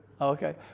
Okay